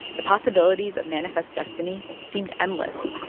the possibilities of manifest destiny seemed endless,